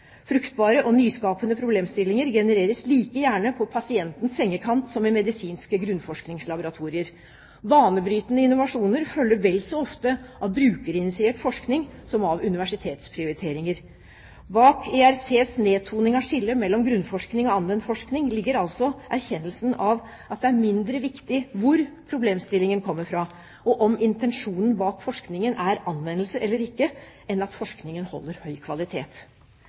Fruktbare og nyskapende problemstillinger genereres like gjerne på pasientens sengekant som i medisinske grunnforskningslaboratorier. Banebrytende innovasjoner følger vel så ofte av brukerinitiert forskning som av universitetsprioriteringer. Bak ERCs nedtoning av skillet mellom grunnforskning og anvendt forskning ligger altså erkjennelsen av at det er mindre viktig hvor problemstillingen kommer fra, og om intensjonen bak forskningen er anvendelse eller ikke, enn at forskningen holder høy kvalitet.